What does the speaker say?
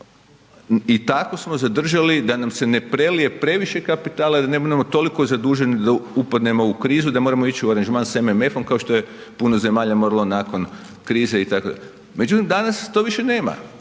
I tako smo zadržali da nam se ne prelije previše kapitala i da ne budemo toliko zaduženi da upadnemo u krizu da moramo ići u aranžman sa MMF-om kao što je puno zemalja moralo nakon krize itd. Međutim, danas toga više nama.